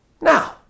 Now